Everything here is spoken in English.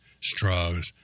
straws